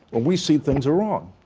and we see things are wrong